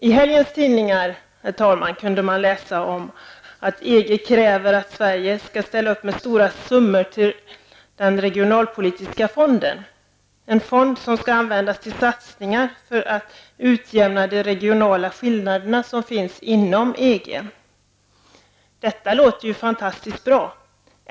I helgens tidningar kunde man läsa om att EG kräver att Sverige skall ställa upp med stora summor till den regionalpolitiska fonden -- en fond som skall användas till satsningar för att utjämna de regionalpolitiska skillnaderna som finns inom EG. Detta låter ju faktiskt bra.